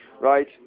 right